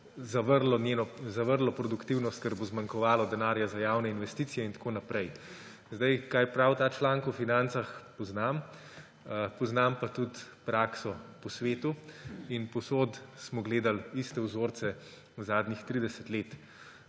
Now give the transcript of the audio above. obratno, zavrlo produktivnost, ker bo zmanjkovalo denarja za javne investicije in tako naprej. Kaj pravi ta članek v Financah, poznam, poznam pa tudi prakso po svetu in povsod smo gledali iste vzorce zadnjih 30 let.